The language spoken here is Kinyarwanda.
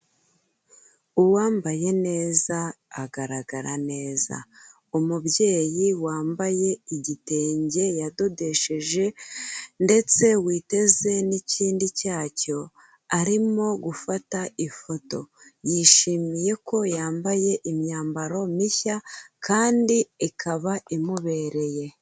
Uwambaye neza agaragara neza. Umubyeyi wambaye igitenge yadodesheje ndetse witeze n'ikindi cyacyo, arimo gufata ifoto yishimiye ko yambaye imyambaro mishya kandi ikaba imubereye.